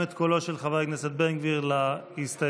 עוברים להסתייגות 29 לחלופין ד' הצבעה.